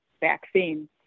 vaccine